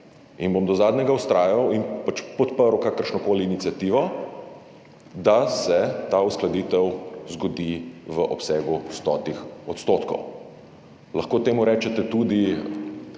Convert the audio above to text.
in bom do zadnjega vztrajal in podprl kakršnokoli iniciativo, da se ta uskladitev zgodi v obsegu 100 %. Lahko temu rečete tudi,